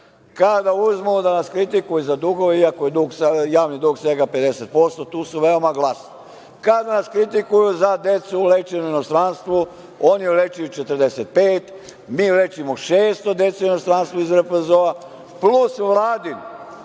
Kada uzmu da nas kritikuju za dugove iako je sada javni dug svega 50%, tu su veoma glasni. Kad nas kritikuju za decu lečenu u inostranstvu, oni leče 45, mi lečimo 600 dece u inostranstvu iz RFZ-a, plus Vladin